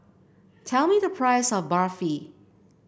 tell me the price of Barfi